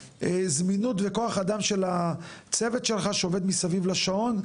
זמינות וכוח אדם של הצוות שלך שעובד מסביב לשעון,